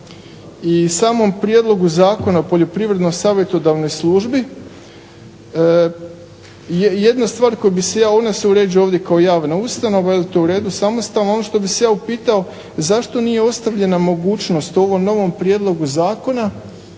i samom prijedlogu Zakona o Poljoprivredno savjetodavnoj službi jedna stvar koje bi se ona se ovdje uređuje kao javna ustanova jel to je uredu samostalno, ono što bih se ja upitao zašto nije ostavljena mogućnost ovom novom prijedlogu zakona